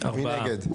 מי נגד?